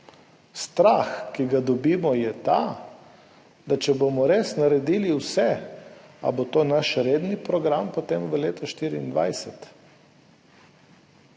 Strah, ki ga imamo, je ta, da če bomo res naredili vse, a bo to potem naš redni program v letu 2024?